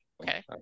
Okay